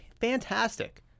Fantastic